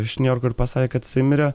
iš niujorko ir pasakė kad isai mirė